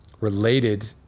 related